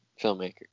filmmaker